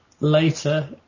later